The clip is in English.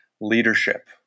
leadership